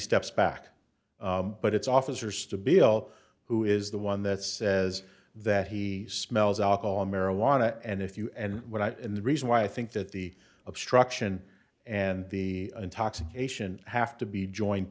steps back but it's officers to bill who is the one that says that he smells alcohol marijuana and if you and what and the reason why i think that the obstruction and the intoxication have to be joined